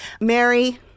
Mary